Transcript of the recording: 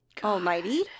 almighty